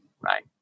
right